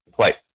place